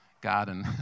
garden